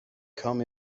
come